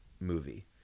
movie